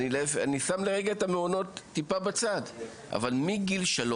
ולכן אני קורא פה לכל משרדי הממשלה, שזה הרווחה,